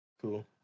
cool